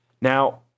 Now